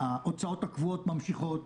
ההוצאות הקבועות ממשיכות,